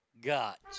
got